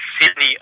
Sydney